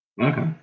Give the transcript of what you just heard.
Okay